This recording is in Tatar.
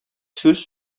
сүз